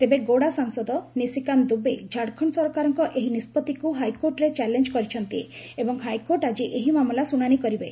ତେବେ ଗୋଡ଼ା ସାଂସଦ ନିଶିକାନ୍ତ ଦୁବେ ଝାଡ଼ଖଣ୍ଡ ସରକାରଙ୍କ ଏହି ନିଷ୍ପଭିକୁ ହାଇକୋର୍ଟ୍ରେ ଚ୍ୟାଲେଞ୍ଜ କରିଛନ୍ତି ଏବଂ ହାଇକୋର୍ଟ ଆଜି ଏହି ମାମଲା ଶୁଣାଣି କରିବେ